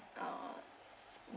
uh